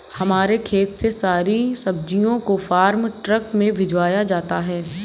हमारे खेत से सारी सब्जियों को फार्म ट्रक में भिजवाया जाता है